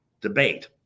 debate